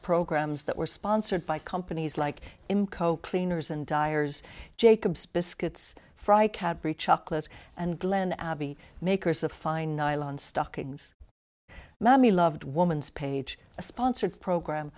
programs that were sponsored by companies like him co cleaners and dyers jacobs biscuits fry cabaret chocolate and glen abbey makers of fine nylon stockings mummy loved woman's page a sponsored program